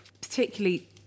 Particularly